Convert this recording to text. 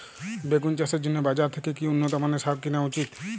বেগুন চাষের জন্য বাজার থেকে কি উন্নত মানের সার কিনা উচিৎ?